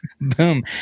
boom